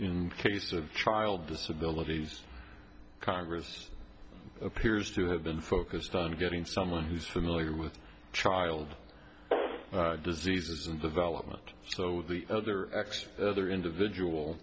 in cases of child disabilities congress appears to have been focused on getting someone who's familiar with child diseases and development so the other extreme other individual